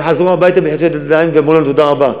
הם חזרו הביתה בלחיצות ידיים ואמרו לנו תודה רבה.